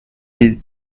ait